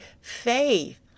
faith